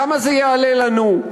כמה זה יעלה לנו.